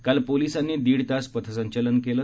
काल पोलिसांनी दीड तास पथसंचलन केलं